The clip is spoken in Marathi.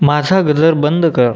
माझा गजर बंद कर